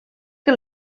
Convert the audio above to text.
que